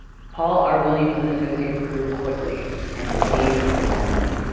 paul r. williams and associates grew quickly and became renowned